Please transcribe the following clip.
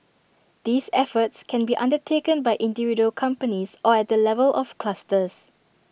these efforts can be undertaken by individual companies or at the level of clusters